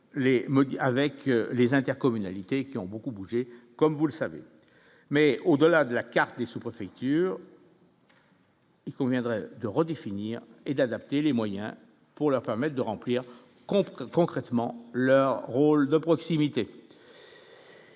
avec les intercommunalités qui ont beaucoup bougé, comme vous le savez, mais au-delà de la carte des sous-préfectures. Il conviendrait de redéfinir et d'adapter les moyens pour leur permettent de remplir comprennent concrètement leur rôle de proximité.